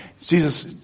Jesus